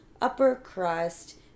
upper-crust